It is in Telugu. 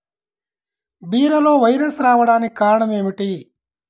బీరలో వైరస్ రావడానికి కారణం ఏమిటి?